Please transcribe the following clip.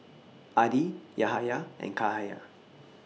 Adi Yahaya and Cahaya